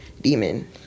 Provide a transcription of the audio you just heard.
demon